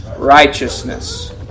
righteousness